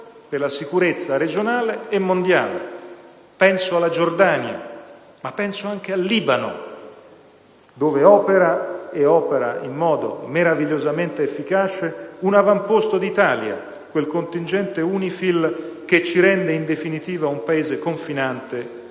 per la sicurezza regionale e mondiale. Penso alla Giordania; ma penso anche al Libano, dove opera - e in modo meravigliosamente efficace - un avamposto d'Italia, quel contingente UNIFIL che ci rende, in definitiva, un Paese confinante